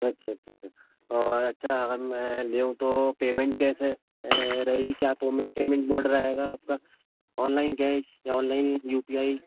اچھا اچھا اچھا اور اچھا اگر میں لیوں تو پیمنٹ کیسے رہے گی کیا پیمنٹ موڈ رہے گا آپ کا آن لائن کیش یا آن لائن یو پی آئی